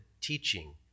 teaching